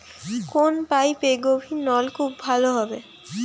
কোন পাইপে গভিরনলকুপ ভালো হবে?